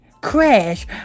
crash